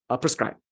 prescribe